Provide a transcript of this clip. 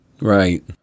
Right